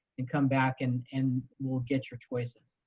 and come back and and we'll get your choices.